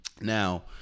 Now